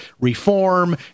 reform